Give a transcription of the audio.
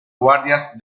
guardias